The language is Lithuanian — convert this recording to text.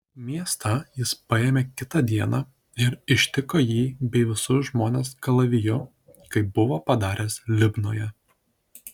miestą jis paėmė kitą dieną ir ištiko jį bei visus žmones kalaviju kaip buvo padaręs libnoje